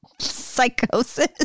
psychosis